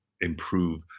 improve